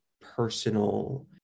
personal